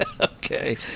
Okay